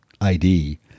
ID